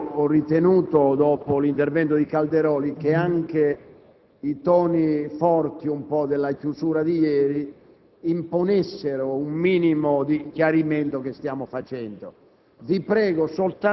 Colleghi, ho ritenuto, dopo l'intervento del senatore Calderoli, che anche i toni forti della chiusura della seduta di ieri imponessero un minimo di chiarimento, che stiamo facendo.